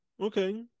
Okay